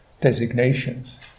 designations